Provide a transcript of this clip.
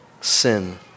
sin